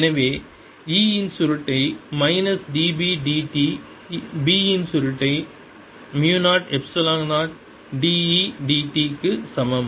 எனவே E இன் சுருட்டை minus d B d t B இன் சுருட்டை மு 0 எப்சிலன் 0 d E d t க்கு சமம்